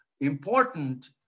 important